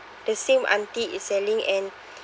the same auntie is selling and